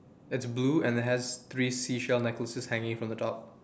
it's blue and has three seashell necklaces hanging from the top